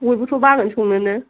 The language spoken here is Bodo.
बयबोथ' बागोन संनोनो